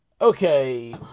okay